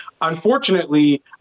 Unfortunately